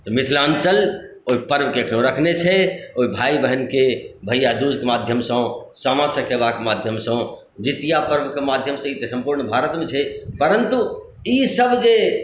तऽ मिथिलाञ्चल ओहि पर्वके एखनहुँ रखने छै ओहि भाय बहिनके भैया दूजके माध्यमसँ सामा चकेबाके माध्यमसँ जितिया पर्वके माध्यमसँ ई तऽ सम्पूर्ण भारतमे छै परन्तु ई सभ जे